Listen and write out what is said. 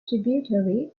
tributary